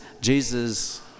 Jesus